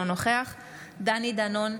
אינו נוכח דני דנון,